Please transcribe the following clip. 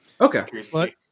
okay